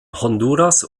honduras